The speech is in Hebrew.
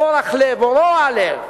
או מורך לב או רוע לב.